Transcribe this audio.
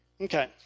Okay